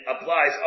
applies